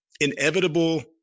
inevitable